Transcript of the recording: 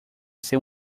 ser